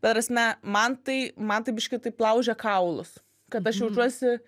ta prasme man tai man tai biškį taip laužia kaulus kad aš jaučiuosi